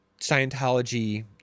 Scientology